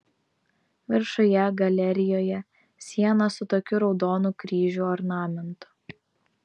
viršuje galerijoje siena su tokiu raudonų kryžių ornamentu